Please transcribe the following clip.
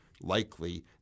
likely